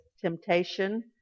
temptation